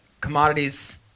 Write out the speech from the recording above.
commodities